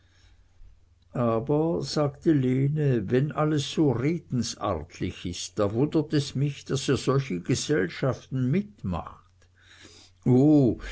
aber sagte lene wenn es alles so redensartlich ist da wundert es mich daß ihr solche gesellschaften mitmacht o